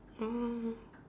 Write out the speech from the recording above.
oh